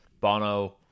Bono